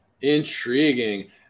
Intriguing